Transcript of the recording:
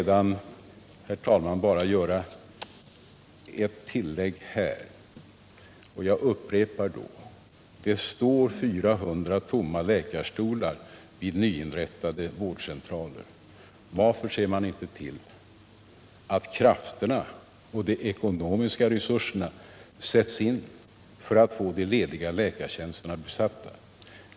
Jag vill göra ytterligare ett tillägg och upprepa att det står 400 tomma läkarstolar vid nyinrättade vårdcentraler. Varför ser man inte till att krafterna och de ekonomiska resurserna sätts in för att få de lediga läkartjänsterna besatta?